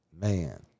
Man